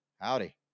howdy